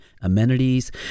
amenities